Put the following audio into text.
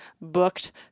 booked